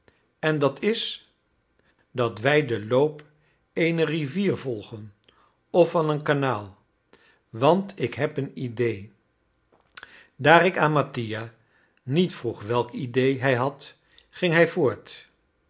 en dat is dat wij den loop eener rivier volgen of van een kanaal want ik heb een idee daar ik aan mattia niet vroeg welk idee hij had ging hij voort